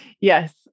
Yes